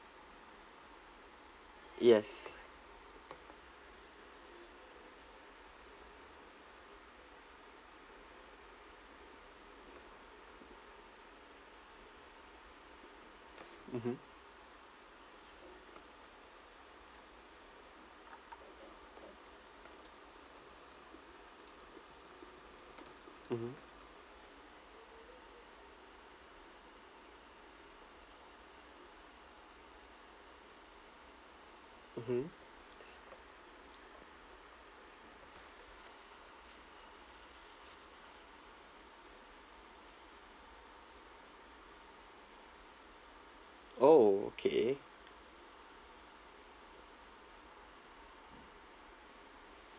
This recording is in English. yes mmhmm mmhmm mmhmm oh okay